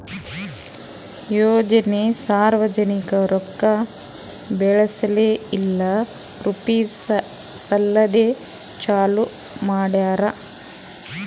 ಯೋಜನೆ ಸಾರ್ವಜನಿಕ ರೊಕ್ಕಾ ಬೆಳೆಸ್ ಇಲ್ಲಾ ರುಪೀಜ್ ಸಲೆಂದ್ ಚಾಲೂ ಮಾಡ್ಯಾರ್